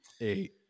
Eight